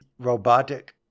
robotic